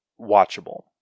watchable